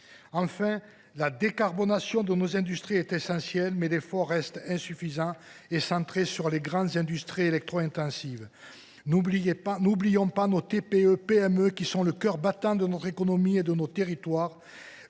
Enfin, la décarbonation de nos industries est essentielle, mais l’effort reste insuffisant et centré sur les grandes industries électro intensives. N’oublions pas nos TPE PME, qui sont le cœur battant de notre économie et de nos territoires.